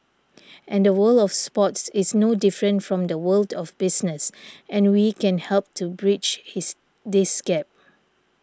and the world of sports is no different from the world of business and we can help to bridge his this gap